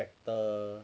vector